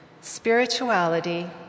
Spirituality